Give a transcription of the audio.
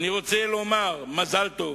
אני רוצה לומר "מזל טוב"